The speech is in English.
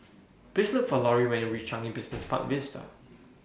Please Look For Lori when YOU REACH Changi Business Park Vista